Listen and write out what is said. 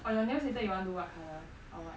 for your nails later you want to do what colour or what